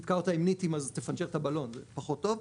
תתקע אותה עם ניטים אז תפנצ'ר את הבלון, פחות טוב,